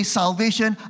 salvation